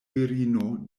virino